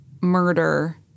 murder